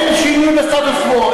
אין שינוי בסטטוס-קוו.